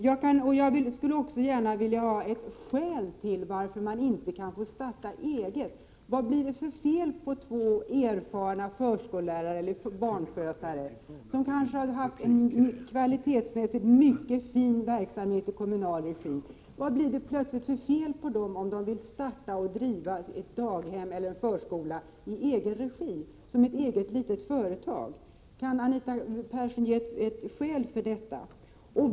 Jag skulle också gärna vilja ha redovisat ett skäl till att man inte kan få starta eget. Låt oss säga att två erfarna förskollärare eller barnskötare — som kanske har svarat för en kvalitetsmässigt mycket fin verksamhet i kommunal regi - vill starta och driva ett daghem eller en förskola i egen regi, som ett eget litet företag. Vad är det för fel som då plötsligt uppstår på dem? Kan Anita Persson redovisa ett skäl för detta?